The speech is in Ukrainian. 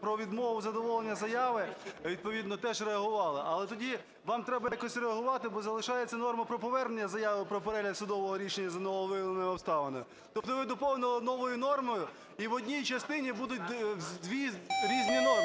про відмову задоволення заяви відповідно теж реагували. Але тоді вам треба якось реагувати, бо залишається норма про повернення заяви про перегляд судового рішення за нововиявленою обставиною. Тобто ви доповнили новою нормою, і в одній частині будуть дві різні норми.